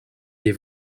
des